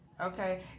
okay